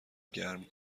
گرم